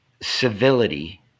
civility